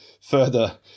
further